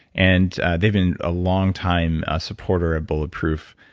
and they've been a longtime supporter of bulletproof.